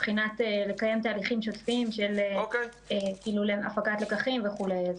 לקיים תהליכים שוטפים של הפקת לקחים וכדומה.